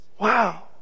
wow